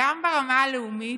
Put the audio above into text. גם ברמה הלאומית,